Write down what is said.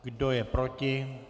Kdo je proti?